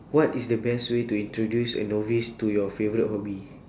what is the best way to introduce a novice to your favourite hobby